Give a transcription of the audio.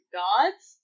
gods